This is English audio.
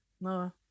no